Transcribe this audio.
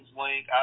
link